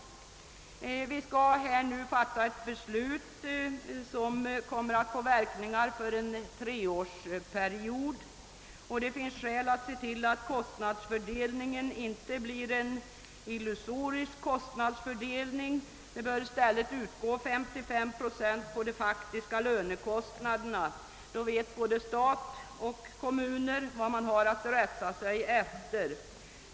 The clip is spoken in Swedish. Vi skall nu fatta ett beslut som kommer att få verkningar under en treårsperiod, och det finns skäl att se till att kostnadsfördelningen inte blir illusorisk. I stället bör statsbidrag med 55 procent på de faktiska lönekostnaderna utgå; då vet både stat och kommuner vad man har att rätta sig efter.